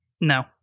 No